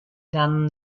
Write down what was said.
dann